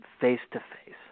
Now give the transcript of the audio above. face-to-face